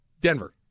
Denver